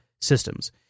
systems